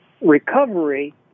recovery